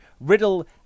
Riddle